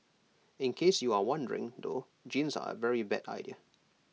in case you are wondering though jeans are A very bad idea